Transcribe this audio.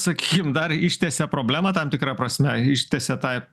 sakykim dar ištiesia problemą tam tikra prasme ištiesia tą